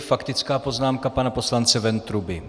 Faktická poznámka pana poslance Ventruby.